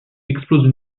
explosent